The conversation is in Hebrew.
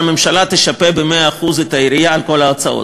שהממשלה תשפה ב-100% את העירייה על כל ההוצאות.